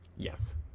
Yes